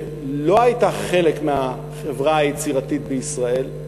שלא הייתה חלק מהחברה היצירתית בישראל,